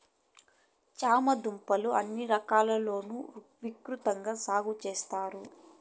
చామ దుంపలు అన్ని కాలాల లోనూ విసృతంగా సాగు చెత్తారు